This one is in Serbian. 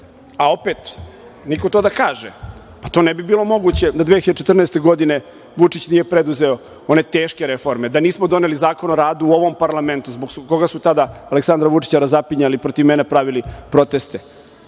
a opet niko to da kaže, pa to ne bi bilo moguće da 2014. godine Vučić nije preduzeo one teške reforme, da nismo doneli Zakon o radu u ovom parlamentu zbog koga su tada Aleksandra Vučića razapinjali, protiv mene pravili proteste.